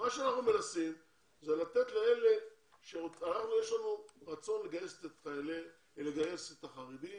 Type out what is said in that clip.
לנו יש רצון לגייס את החרדים